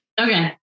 Okay